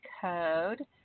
code